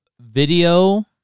Video